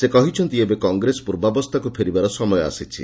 ସେ କହିଛନ୍ତି ଏବେ କଂଗ୍ରେସ ପ୍ରର୍ବାବସ୍ସାକୁ ଫେରିବାର ସମୟ ଆସିଛି